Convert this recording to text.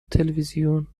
تلویزیون